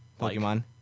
pokemon